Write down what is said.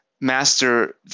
master